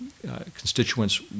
constituents